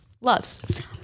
Loves